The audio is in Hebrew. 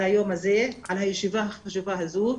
על היום הזה, על הישיבה החשובה הזו.